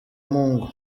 mungu